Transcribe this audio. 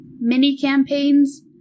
mini-campaigns